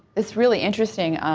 it's really interesting.